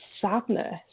sadness